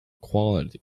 quality